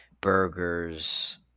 burgers